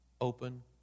open